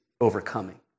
overcoming